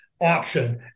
option